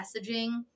messaging